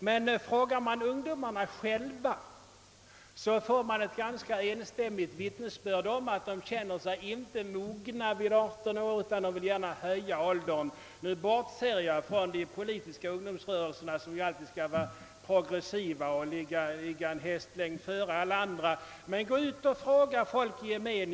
Men frågar man ungdomarna själva får man ett ganska enstämmigt vittnesbörd om att de inte känner sig mogna vid 18 år utan att de gärna vill höja åldern — jag bortser nu från de politiska ungdomsrörelserna som alltid skall vara progressiva och vill ligga en hästlängd före alla andra. Men gå ut och fråga folk i gemen!